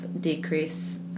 decrease